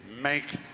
make